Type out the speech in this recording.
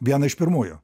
vieną iš pirmųjų